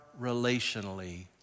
relationally